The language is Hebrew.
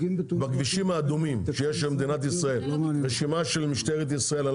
בכבישים האדומים שיש במדינת ישראל רשימה של משטרת ישראל,